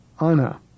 Anna